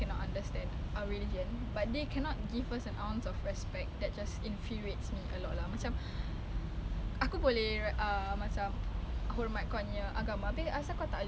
if not just ask us lah about you know try to understand about our religion at least like okay lah explain us about good I explained ask about your god